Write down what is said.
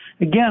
again